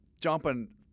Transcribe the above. jumping